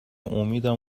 امیدم